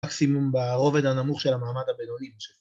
‫מקסימום ברובד הנמוך ‫של המעמד הבינוני.